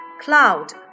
Cloud